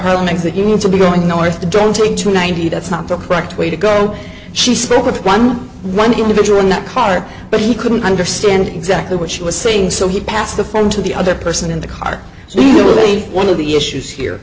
that you want to be going north don't take to ninety that's not the correct way to go she spoke with one one individual in that car but he couldn't understand exactly what she was saying so he passed the phone to the other person in the car so you really one of the issues here